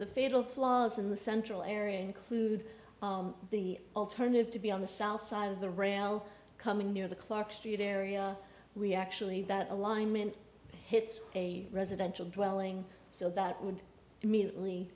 the fatal flaws in the central area include the alternative to be on the south side of the rail coming near the clark street area we actually that alignment hits a residential drilling so that would immediately